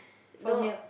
no